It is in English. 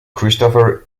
christopher